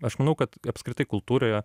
aš manau kad apskritai kultūroje